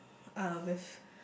uh with